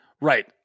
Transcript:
right